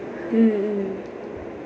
mm mm